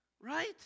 Right